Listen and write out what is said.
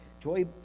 Joy